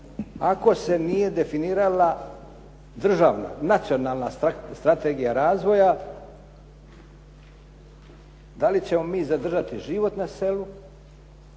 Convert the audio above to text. ako se nije definirala državna, nacionalna strategija razvoja. Da li ćemo mi zadržati život na selu